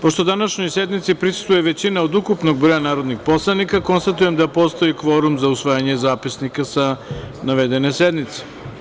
Pošto današnjoj sednici prisustvuje većina od ukupnog broja narodnih broja narodnih poslanika, konstatujem da postoji kvorum za usvajanje zapisnika sa navedene sednice.